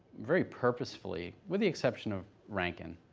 very purposefully, with the exception of rankin,